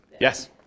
Yes